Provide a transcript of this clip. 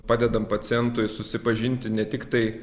padedam pacientui susipažinti ne tiktai